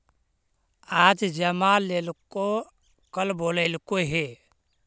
आज जमा लेलको कल बोलैलको हे?